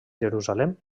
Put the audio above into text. jerusalem